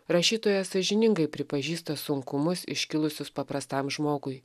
rašytoja sąžiningai pripažįsta sunkumus iškilusius paprastam žmogui